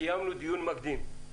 קיימנו דיון מקדים.